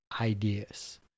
ideas